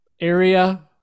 area